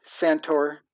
Santor